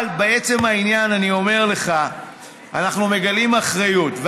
אבל לעצם העניין אני אומר לך שאנחנו מגלים אחריות,